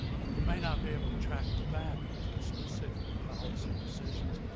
and you may not be able to track them back to specific policy decisions.